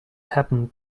happened